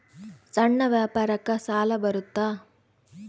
ಸಣ್ಣ ವ್ಯಾಪಾರಕ್ಕ ಸಾಲ ಬರುತ್ತಾ?